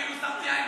כאילו שמתי עין,